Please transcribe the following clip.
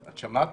את מדברת